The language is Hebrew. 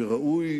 שראוי